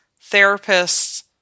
therapists